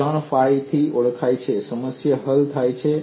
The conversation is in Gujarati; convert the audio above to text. ક્ષણ ફાઇ થી ઓળખાય છે સમસ્યા હલ થાય છે